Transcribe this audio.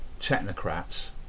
technocrats